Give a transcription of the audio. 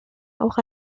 auch